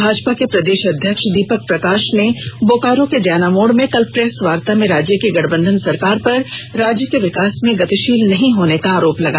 भाजपा के प्रदेश अध्यक्ष दीपक प्रकाश ने बोकारो के जैनामोड में कल प्रेस वार्ता में राज्य की गठबंधन सरकार पर राज्य के विकास में गतिशील नहीं होने का आरोप लगाया